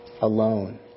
alone